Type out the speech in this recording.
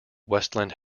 westland